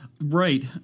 Right